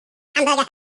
hamburger